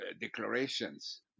declarations